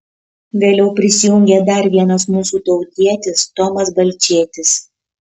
vėliau prisijungė dar vienas mūsų tautietis tomas balčėtis